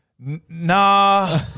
nah